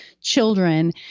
children